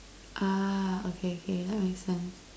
ah okay okay that makes sense